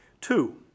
Two